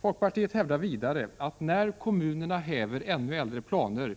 Folkpartiet hävdar att när kommunerna häver ännu äldre planer,